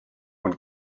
und